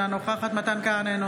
אינה נוכחת מתן כהנא,